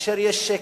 כאשר יש שקט.